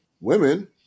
Women